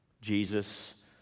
Jesus